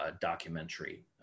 documentary